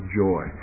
joy